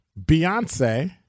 Beyonce